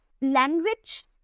language